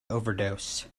overdose